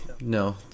no